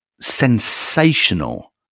sensational